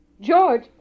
George